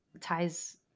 ties